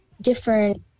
different